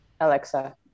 Alexa